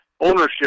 ownership